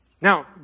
Now